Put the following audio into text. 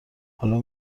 حالا